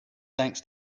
thanks